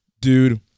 Dude